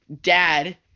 dad